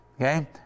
Okay